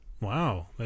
Wow